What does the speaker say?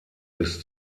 bis